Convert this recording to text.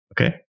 Okay